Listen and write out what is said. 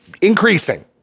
Increasing